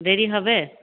দেরি হবে